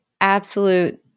absolute